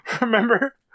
Remember